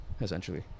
essentially